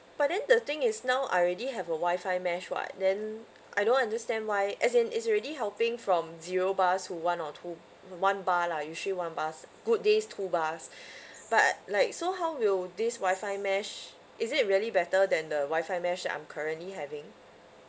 but then the thing is now I already have a wifi mesh [what] then I don't understand why as in it's already helping from zero bars to one or two one bar lah usually one bars good days two bars but like so how will this wifi mesh is it really better than the wifi mesh that I'm currently having